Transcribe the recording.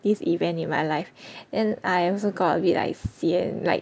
this event in my life and I also got a bit like sian like